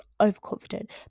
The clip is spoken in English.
overconfident